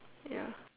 ya